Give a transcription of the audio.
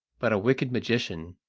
but a wicked magician,